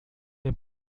mir